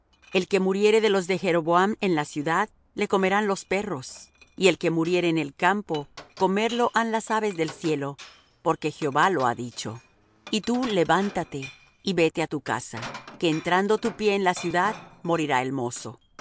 el que muriere de los de jeroboam en la ciudad le comerán los perros y el que muriere en el campo comerlo han las aves del cielo porque jehová lo ha dicho y tú levántate y vete á tu casa que en entrando tu pie en la ciudad morirá el mozo